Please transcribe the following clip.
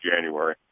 January